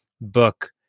book